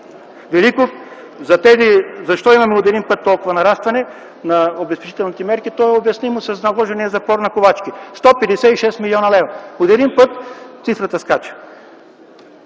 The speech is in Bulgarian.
Великов – защо от един път имаме толкова нарастване на обезпечителните мерки. То е обяснимо с наложения запор на Ковачки - 156 млн. лв. От един път цифрата скача.